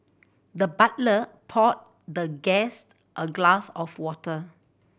the butler poured the guest a glass of water